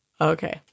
Okay